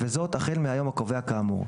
וזאת החל מהיום הקובע כאמור,